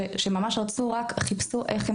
שממש רצו וחיפשו איך הם